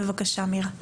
בבקשה מירה.